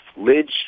Lidge